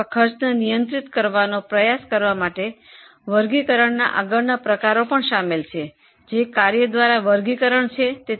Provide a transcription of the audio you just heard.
ખર્ચને નિયંત્રિત કરવા માટે અને વિગતો જાણવા માટે ખર્ચનો ફંક્શન મુજબ વર્ગીકરણ કરવાની જરૂર છે